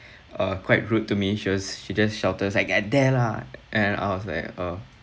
uh quite rude to me she was she just shouted like at there la and I was like oh